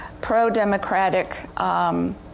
pro-democratic